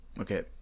Okay